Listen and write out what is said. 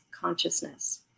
consciousness